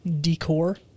Decor